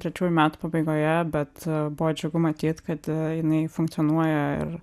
trečiųjų metų pabaigoje bet buvo džiugu matyt kad jinai funkcionuoja ir